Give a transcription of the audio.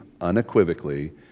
unequivocally